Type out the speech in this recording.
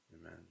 Amen